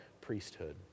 priesthood